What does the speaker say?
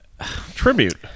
tribute